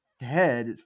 head